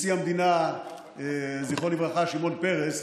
גם נשיא המדינה שמעון פרס,